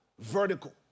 Vertical